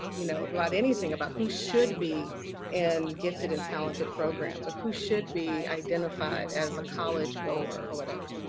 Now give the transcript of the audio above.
you know about anything. about who should be in gifted and talented programs or who should be identified as a college goer or whatever.